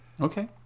okay